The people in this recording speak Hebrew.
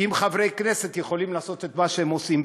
כי אם חברי כנסת יכולים לעשות את מה שהם עושים,